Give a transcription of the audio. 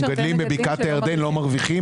רבים מן המגדלים בבקעת הירדן לא מרוויחים,